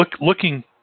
looking